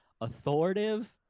authoritative